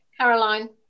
caroline